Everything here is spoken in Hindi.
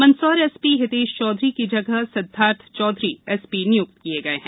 मंदसौर एसपी हितेष चौधरी की जगह सिद्धार्थ चौधरी एसपी निय्क्त किए गए हैं